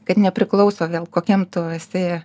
kad nepriklauso vėl kokiam tu esi